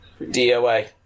DOA